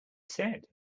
said